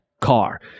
car